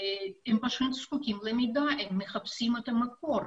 הם פשוט זקוקים למידע, הם מחפשים את המקור.